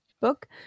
book